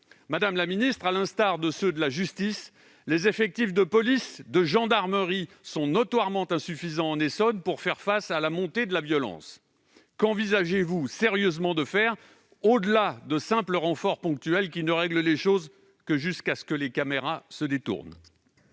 Madame la ministre, à l'instar de ceux de la justice, les effectifs de police et de gendarmerie sont notoirement insuffisants en Essonne pour faire face à la montée de la violence. Qu'envisagez-vous sérieusement de faire, au-delà de simples renforts ponctuels qui ne règlent les choses que jusqu'à ce que les caméras se détournent ?